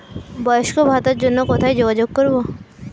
বয়স্ক ভাতার জন্য কোথায় যোগাযোগ করব?